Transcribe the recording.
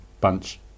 bunch